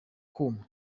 kuma